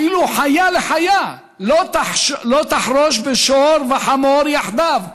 אפילו חיה לחיה, לא תחרוש בשור וחמור יחדיו.